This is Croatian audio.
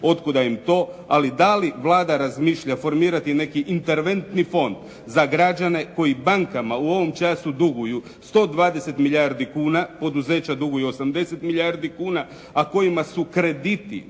otkuda im to ali da li Vlada razmišlja formirati neki interventni fond za građane koji bankama u ovom času duguju 120 milijardi kuna. Poduzeća duguju 80 milijardi kuna, a kojima su krediti